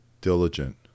diligent